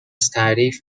تعریف